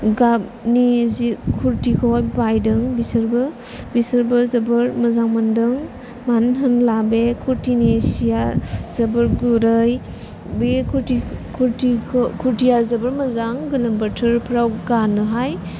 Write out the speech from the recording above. गाबनि जे कुर्टिखौहाय बायदों बिसोरबो बिसोरबो जोबोर मोजां मोनदों मानो होनोब्ला बे कुर्टिनि सिया जोबोर गुरै बे कुर्टिआ जोबोर मोजां गोलोम बोथोरफोराव गाननोहाय